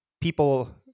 people